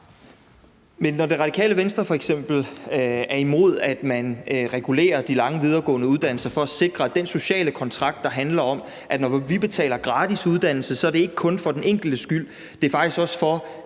Men når Radikale Venstre f.eks. er imod, at man regulerer de lange videregående uddannelser for at sikre den sociale kontrakt, der handler om, at når vi betaler gratis uddannelser, så er det ikke kun for den enkeltes skyld, men faktisk også for